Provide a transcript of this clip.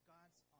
God's